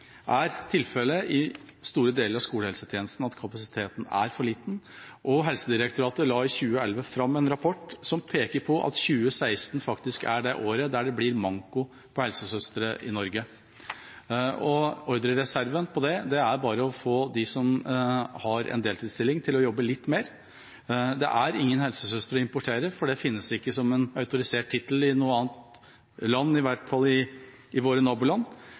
er tilfellet i store deler av skolehelsetjenesten fordi kapasiteten er for liten. Helsedirektoratet la i 2011 fram en rapport som peker på at 2016 faktisk er det året det blir manko på helsesøstre i Norge. Og hva er ordrereserven på det? Det er bare å få dem som har en deltidsstilling, til å jobbe litt mer. Det er ingen helsesøstre å importere, for det finnes ikke som autorisert tittel i noe annet land – i hvert fall ikke i våre naboland.